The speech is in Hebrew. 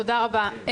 תודה רבה.